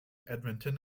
edmonton